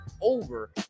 over